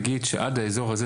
נגיד שעד אזור זה,